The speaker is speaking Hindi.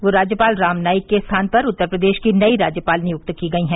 वे राज्यपाल राम नाईक के स्थान पर उत्तर प्रदेश की नई राज्यपाल नियुक्त की गई हैं